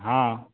हँ